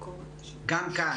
גם כאן,